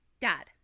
Dad